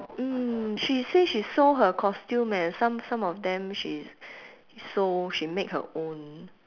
mm she say she sew her costume eh some some of them she sew she make her own